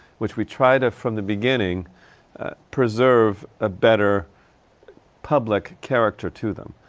which we try to, from the beginning ah preserve a better public character to them.